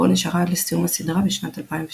בו נשארה עד לסיום הסדרה בשנת 2003.